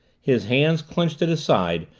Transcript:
his hands clenched at his sides,